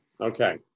okay